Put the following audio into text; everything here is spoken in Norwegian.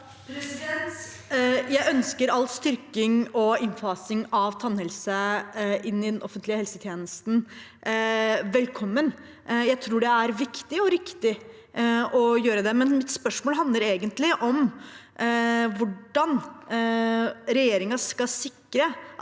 velkommen all styrking og innfasing av tannhelse i den offentlige helsetjenesten. Jeg tror det er viktig og riktig å gjøre det. Mitt spørsmål handler egentlig om hvordan regjeringen skal sikre